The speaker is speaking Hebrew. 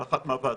באחת מהוועדות.